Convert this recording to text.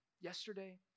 yesterday